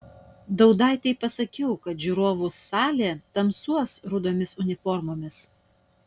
daudaitei pasakiau kad žiūrovų salė tamsuos rudomis uniformomis